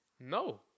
no